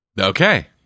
Okay